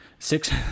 Six